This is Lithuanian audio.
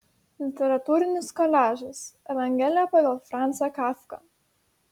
literatūrinis koliažas evangelija pagal francą kafką